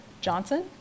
Johnson